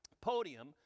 podium